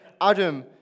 Adam